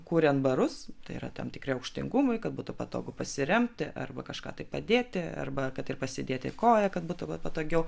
kuriant barus tai yra tam tikri aukštingumui kad būtų patogu pasiremti arba kažką tai padėti arba kad ir pasėdėti koją kad būtų patogiau